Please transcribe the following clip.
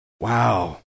Wow